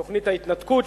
תוכנית ההתנתקות,